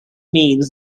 means